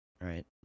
right